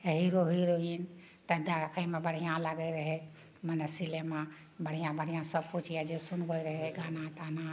हे hero heroine तऽ देखैमे बढ़िआँ लागै रहै मने सिनेमा बढ़िआँ बढ़िआँ सबकिछु यऽ जे सुनबै रहै गाना ताना